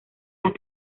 las